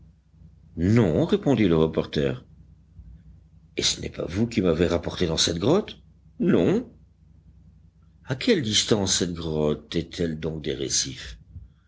non répondit le reporter et ce n'est pas vous qui m'avez rapporté dans cette grotte non à quelle distance cette grotte est-elle donc des récifs